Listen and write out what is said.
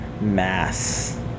mass